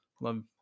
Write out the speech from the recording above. love